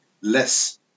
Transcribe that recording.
less